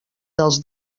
dels